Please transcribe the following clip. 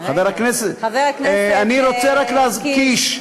חבר הכנסת קיש,